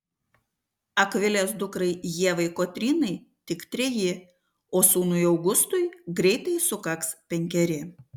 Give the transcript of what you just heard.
akvilės dukrai ievai kotrynai tik treji o sūnui augustui greitai sukaks penkeri